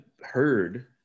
heard